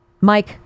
Mike